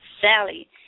Sally